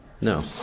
No